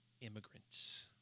immigrants